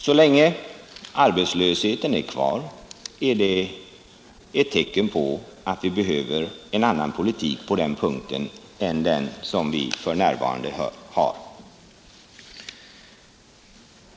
Så länge arbetslösheten är kvar är det ett tecken på att vi behöver en annan politik på den punkten än den som vi för närvarande har.